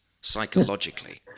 psychologically